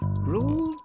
Rule